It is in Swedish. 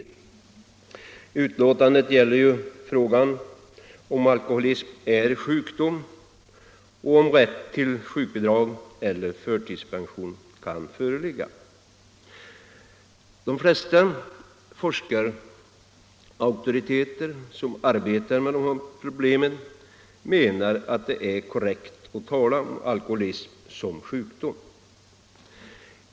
Betänkandet gäller ju om alkoholism är sjukdom och om rätt till sjukbidrag eller förtidspension kan föreligga. De flesta forskarauktoriteter som arbetar med det här problemet menar att det är korrekt att tala om alkoholism som sjukdom.